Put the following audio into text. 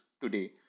today